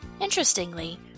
Interestingly